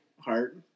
Heart